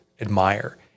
admire